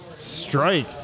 strike